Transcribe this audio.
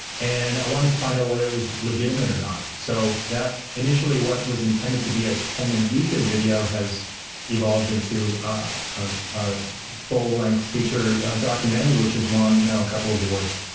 and i wanted to find out whether it was legitimate or not. so, that, initially what was intended to be a ten minute youtube video has evolved into ah ah a full-length feature documentary, which has won now a couple of awards.